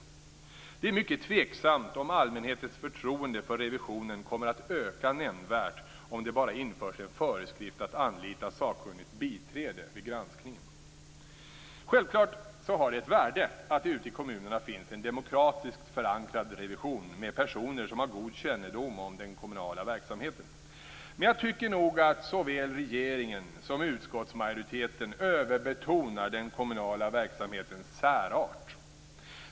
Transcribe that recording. Det är mycket tveksamt om allmänhetens förtroende för revisionen kommer att öka nämnvärt om det bara införs en föreskrift att anlita sakkunnigt biträde vid granskningen. Självklart har det ett värde att det ute i kommunerna finns en demokratiskt förankrad revision med personer som har god kännedom om den kommunala verksamheten. Men jag tycker nog att såväl regeringen som utskottsmajoriteten överbetonar den kommunala verksamhetens särart.